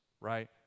right